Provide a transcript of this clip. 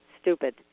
stupid